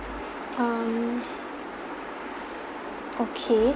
um okay